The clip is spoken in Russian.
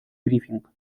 брифинг